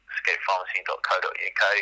skatepharmacy.co.uk